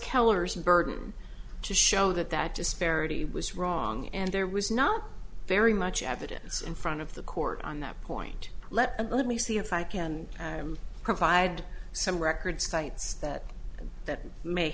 keller's burden to show that that disparity was wrong and there was not very much evidence in front of the court on that point let me see if i can provide some record cites that that may